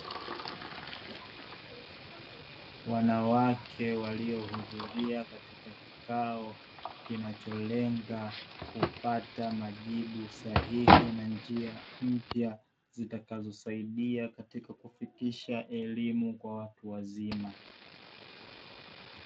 Wanawake waliohudhuria katika kikao, kinacholenga kupata majibu sahihi na njia mpya, zitakazosaidia katika kufikisha elimu kwa watu wazima.